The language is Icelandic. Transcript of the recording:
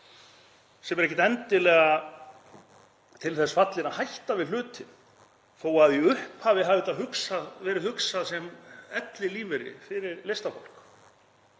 sem er ekkert endilega til þess fallin að hætta við hlutinn þó að í upphafi hafi það verið hugsað sem ellilífeyrir fyrir listafólk.